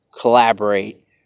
collaborate